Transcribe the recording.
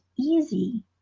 easy